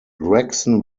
gregson